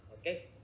Okay